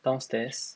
downstairs